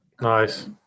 Nice